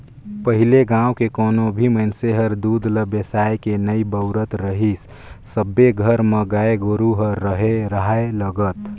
पहिले गाँव के कोनो भी मइनसे हर दूद ल बेसायके नइ बउरत रहीस सबे घर म गाय गोरु ह रेहे राहय लगत